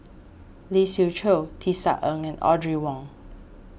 Lee Siew Choh Tisa Ng Audrey Wong